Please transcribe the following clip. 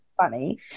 funny